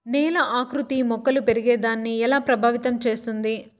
నేల ఆకృతి మొక్కలు పెరిగేదాన్ని ఎలా ప్రభావితం చేస్తుంది?